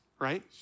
right